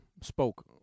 spoke